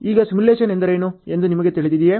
ಈಗ ಸಿಮ್ಯುಲೇಶನ್ ಎಂದರೇನು ಎಂದು ನಿಮಗೆ ತಿಳಿದಿದೆಯೇ